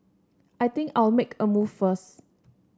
I think I'll make a move first